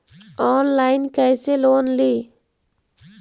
Online कैसे loan ली?